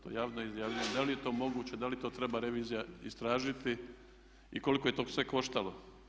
To javno izjavljujem, da li je to moguće, da li to treba revizija istražiti i koliko je to sve koštalo.